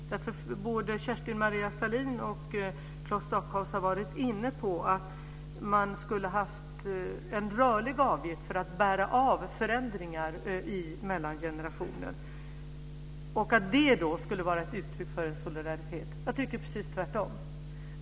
Både Kerstin-Maria Stalin och Claes Stockhaus har varit inne på att man skulle ha haft en rörlig avgift för att bära av förändringar mellan generationer och att det skulle vara uttryck för en solidaritet. Jag tycker precis tvärtom.